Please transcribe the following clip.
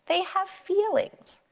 they have feelings,